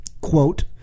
Quote